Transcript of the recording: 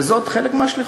וזה חלק מהשליחות.